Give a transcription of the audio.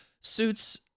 Suits